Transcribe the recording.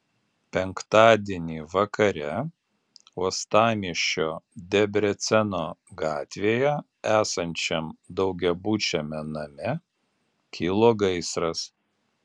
penktadienį vakare uostamiesčio debreceno gatvėje esančiam daugiabučiame name kilo gaisras